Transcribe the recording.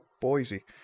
Boise